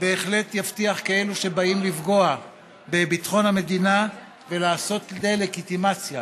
בהחלט יבטיח שכאלו שבאים לפגוע בביטחון המדינה ולעשות דה-לגיטימציה